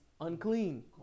unclean